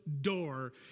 door